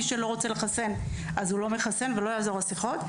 מי שלא רוצה לחסן אז הוא לא מחסן ולא יעזרו השיחות.